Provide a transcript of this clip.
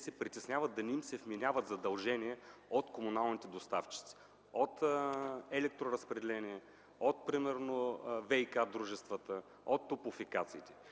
се притесняват да не им се вменяват задължения от комуналните доставчици – от Електроразпределение, примерно от ВиК дружествата, от топлофикациите.